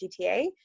GTA